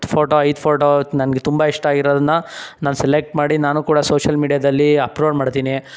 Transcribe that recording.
photo ಐದು photo ನನ್ಗೆ ತುಂಬ ಇಷ್ಟ ಆಗಿರೋದನ್ನ ನಾನು ಸೆಲೆಕ್ಟ್ ಮಾಡಿ ನಾನೂ ಕೂಡ ಸೋಷಲ್ ಮೀಡ್ಯಾದಲ್ಲಿ ಅಪ್ಲೋಡ್ ಮಾಡ್ತೀನಿ